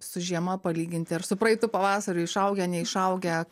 su žiema palyginti ar su praeitu pavasariu išaugę neišaugę